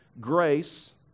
grace